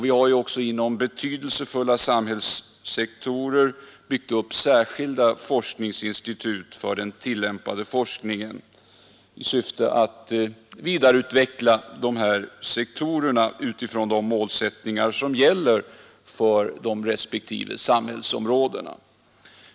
Vi har också inom betydelsefulla samhällssektorer byggt upp särskilda forskningsinstitut för den tillämpade forskningen i syfte att vidareutveckla dessa sektorer utifrån de målsättningar som gäller för de respektive samhällsområdena.